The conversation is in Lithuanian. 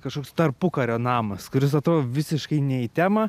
kažkoks tarpukario namas kuris atrodo visiškai ne į temą